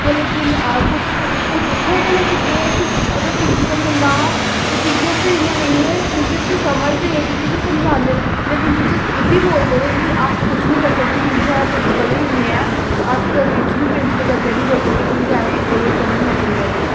ते लेकिन कुछ स्कूल उत्थें ऐं के लेकिन एह् ऐ के अगर प्रिंसीपल गंदा इं'या नेईं ऐ टीचर्स ते समझदे ते टीचर्स ते समझांदे लेकिन टीचर्स एह्बी समझांदे हे के अस कुछ निं करी सकदे क्योंकि साढ़ा प्रिंसीपल ई नेहा अस बिच बी प्रिंसीपल दे अग्गै निं बोल्ली सकदे क्योंकि असें एह्दे कन्नै नौकरी करनी ऐ